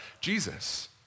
Jesus